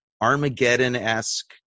Armageddon-esque